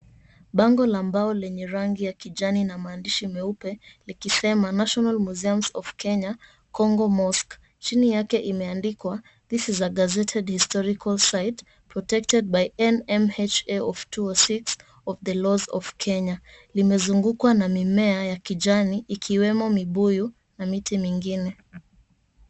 Bango la mbao lenye rangi ya kijani na maandishi meupe likisema national museums of Kenya congo mosque. Chini yake imeandikwa this is a gazetted historical site protected by NMHA of 2006 of the laws of Kenya limezunguka na mimea ya kijani ikiwemo mibuyu na miti mingine.